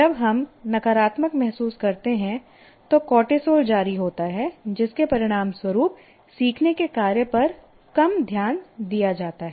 जब हम नकारात्मक महसूस करते हैं तो कोर्टिसोल जारी होता है जिसके परिणामस्वरूप सीखने के कार्य पर कम ध्यान दिया जाता है